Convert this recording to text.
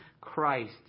Christ